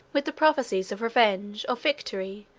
with the prophecies of revenge, of victory,